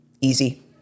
easy